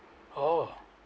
oh